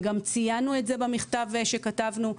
וגם ציינו את זה במכתב שכתבנו.